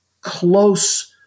close